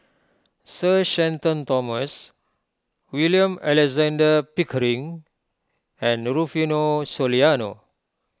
Sir Shenton Thomas William Alexander Pickering and Rufino Soliano